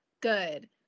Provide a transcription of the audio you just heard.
good